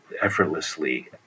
effortlessly